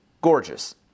gorgeous